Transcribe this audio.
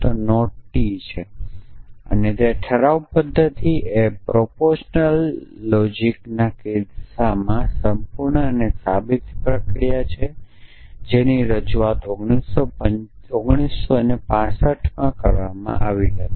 તે છે કે રિજોલ્યુશન પદ્ધતિ એ પ્રોપોરશનલ તર્કના કિસ્સામાં સંપૂર્ણ અને સાબિતી પ્રક્રિયા છે જેની રજૂઆત 1965 માં કરવામાં આવી હતી